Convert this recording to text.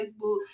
facebook